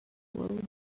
workload